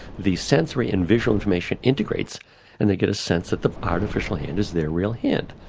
the sensory and visual information integrates and they get a sense that the artificial hand is their real hand.